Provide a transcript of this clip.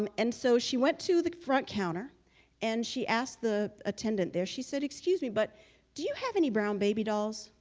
um and so she went to the front counter and she asked the attendant there she said excuse me, but do you have any brown baby dolls?